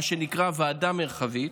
מה שנקרא ועדה מרחבית,